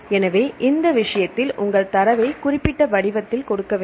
எனவே இந்த விஷயத்தில் உங்கள் தரவை குறிப்பிட்ட வடிவத்தில் கொடுக்க வேண்டும்